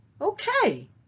Okay